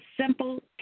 simple